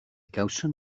gawson